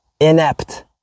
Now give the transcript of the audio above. inept